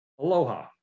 Aloha